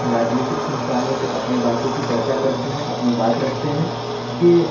राजनीतिक संस्थानों पे अपनी बातों की चर्चा करते हैं अपनी बात रखते हैं कि